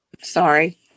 sorry